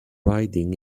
riding